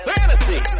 Fantasy